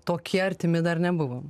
tokie artimi dar nebuvom